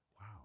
wow